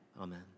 Amen